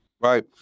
right